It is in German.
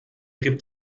gibt